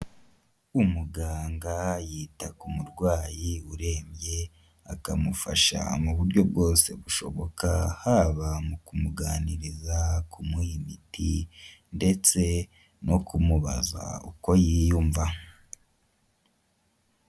Umuganga yita ku murwayi urembye akamufasha mu buryo bwose bushoboka haba mu kumuganiriza ku kumuha imiti ndetse no kumubaza uko yiyumva.